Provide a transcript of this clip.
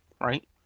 right